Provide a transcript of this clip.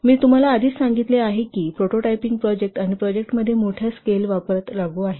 मी तुम्हाला आधीच सांगितले आहे की हे प्रोटोटाइपिंग प्रोजेक्ट आणि प्रोजेक्टमध्ये मोठ्या स्केल लागू आहे